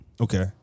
Okay